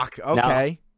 Okay